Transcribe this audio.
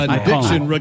Addiction